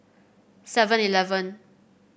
Seven Eleven